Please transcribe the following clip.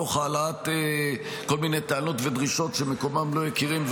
תוך העלאת כל מיני טענות ודרישות שמקומן לא יכירן,